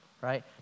right